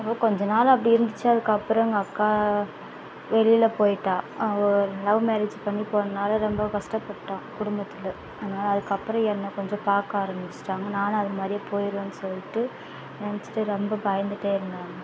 அப்புறம் கொஞ்ச நாள் அப்படி இருந்துச்சு அதுக்கப்புறம் எங்கள் அக்கா வெளியில போயிவிட்டா அவள் லவ் மேரேஜ் பண்ணி போனனால ரொம்ப கஷ்டப்பட்டோம் குடும்பத்தில் அதனால அதுக்கப்புறம் என்னை கொஞ்சம் பார்க்க ஆரம்பிச்சிட்டாங்க நானும் அதை மாதிரியே போயிருவேன்னு சொல்லிவிட்டு நினச்சிட்டு ரொம்ப பயந்துகிட்டே இருந்தாங்க